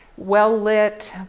well-lit